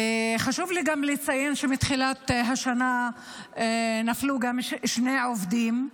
חשוב לי גם לציין שמתחילת השנה נפלו גם שני עובדים,